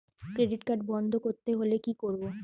Credit card বন্ধ করতে হলে কি করব?